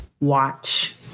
watch